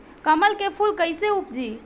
कमल के फूल कईसे उपजी?